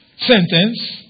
sentence